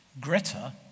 Greta